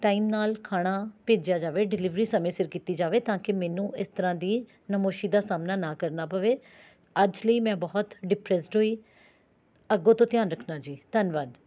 time ਨਾਲ ਖਾਣਾ ਭੇਜਿਆ ਜਾਵੇ ਡਿਲੀਵਰੀ ਸਮੇਂ ਸਿਰ ਕੀਤੀ ਜਾਵੇ ਤਾਂ ਕਿ ਮੈਨੂੰ ਇਸ ਤਰ੍ਹਾਂ ਦੀ ਨਾਮੋਸ਼ੀ ਦਾ ਸਾਹਮਣਾ ਨਾ ਕਰਨਾ ਪਵੇ ਅੱਜ ਲਈ ਮੈਂ ਬਹੁਤ ਡਿਪਰੈੱਸਡ ਹੋਈ ਅੱਗੋਂ ਤੋਂ ਧਿਆਨ ਰੱਖਣਾ ਜੀ ਧੰਨਵਾਦ